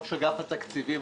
ראש אגף התקציבים,